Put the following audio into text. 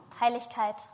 Heiligkeit